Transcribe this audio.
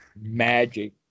magic